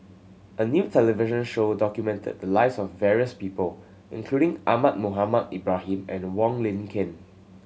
a new television show documented the lives of various people including Ahmad Mohamed Ibrahim and Wong Lin Ken